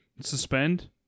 Suspend